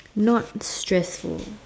not stressful